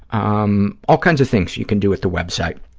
um all kinds of things you can do at the web site,